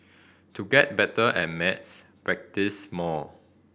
to get better at maths practise more